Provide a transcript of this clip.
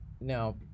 Now